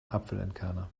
apfelentkerner